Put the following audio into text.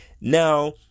Now